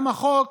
גם החוק